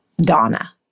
Donna